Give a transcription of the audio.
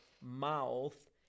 mouth